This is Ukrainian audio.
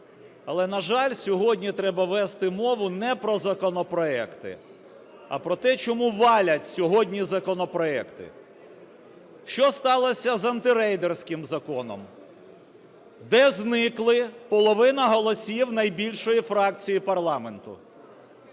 Але, на жаль, сьогодні треба вести мову не про законопроекти, а про те, чому валять сьогодні законопроекти. Що сталося з антирейдерським законом? Де зникли половина голосів найбільшої фракції парламенту?